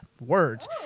Words